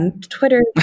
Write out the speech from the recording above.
Twitter